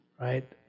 Right